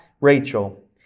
Rachel